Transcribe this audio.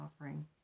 offering